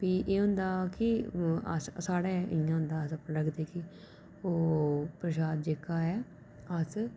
प्ही एह् होंदा की साढ़े इं'या होंदा अस आपूं लगदा कि ओह् प्रशाद जेह्का ऐ अस